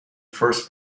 first